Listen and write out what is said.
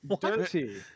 Dirty